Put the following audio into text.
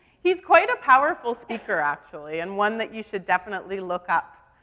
he's quite a powerful speaker, actually, and one that you should definitely look up,